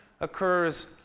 occurs